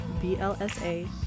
b-l-s-a